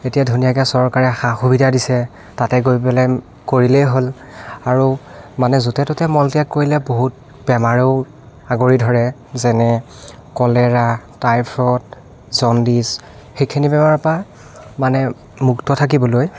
এতিয়া ধুনীয়াকৈ চৰকাৰে সা সুবিধা দিছে তাতে গৈ পেলাই কৰিলেই হ'ল আৰু মানে য'তে ত'তে মলত্যাগ কৰিলে বহুত বেমাৰেও আগুৰি ধৰে যেনে কলেৰা টাইফয়ড জন্দিচ সেইখিনি বেমাৰৰ পৰা মানে মুক্ত থাকিবলৈ